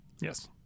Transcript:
Yes